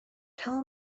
tell